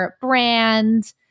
brand